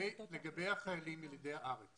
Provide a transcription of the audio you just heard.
לגבי החיילים ילידי הארץ